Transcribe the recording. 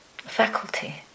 faculty